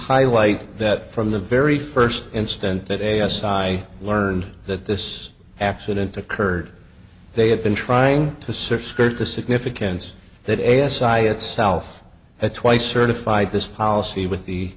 highlight that from the very first instant that a s i learned that this accident occurred they had been trying to search skirt the significance that a s i itself had twice certified this policy with the